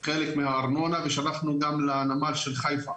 חלק מהארנונה, ושלחנו גם לנמל של חיפה.